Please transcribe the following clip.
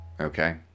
Okay